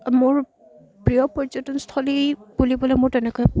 মোৰ প্ৰিয় পৰ্যটন স্থলী বুলিবলৈ মোৰ তেনেকুৱা